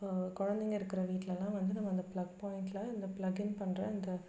குழந்தைங்க இருக்கிற வீட்லேலாம் வந்து நம்ம அந்த ப்ளக் பாயிண்டில் இந்த ப்ளக்கிங் பண்ணுற இந்த